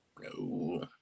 no